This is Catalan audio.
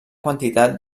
quantitat